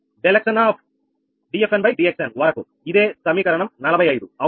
dfndxn వరకు ఇదే సమీకరణం 45 అవునా